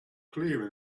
clear